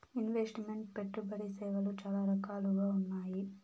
invest meant పెట్టుబడి సేవలు చాలా రకాలుగా ఉన్నాయి